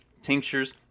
tinctures